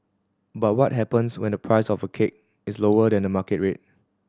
but what happens when the price of a cake is lower than the market rate